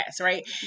right